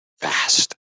fast